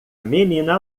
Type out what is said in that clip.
menina